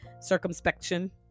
circumspection